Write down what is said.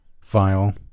File